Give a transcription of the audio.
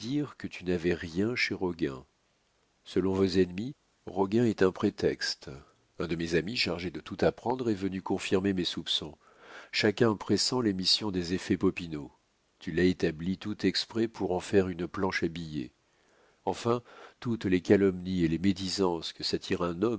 que tu n'avais rien chez roguin selon vos ennemis roguin est un prétexte un de mes amis chargé de tout apprendre est venu confirmer mes soupçons chacun pressent l'émission des effets popinot tu l'as établi tout exprès pour en faire une planche à billets enfin toutes les calomnies et les médisances que s'attire un homme